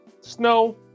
snow